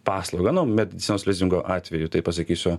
paslaugą nu medicinos lizingo atveju tai pasakysiu